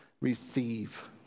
Receive